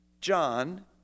John